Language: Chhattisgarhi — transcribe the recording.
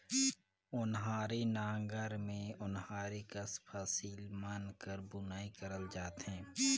ओन्हारी नांगर मे ओन्हारी कस फसिल मन कर बुनई करल जाथे